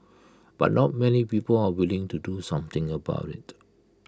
but not many people are willing to do something about IT